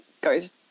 goes